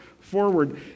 forward